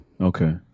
Okay